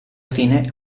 fine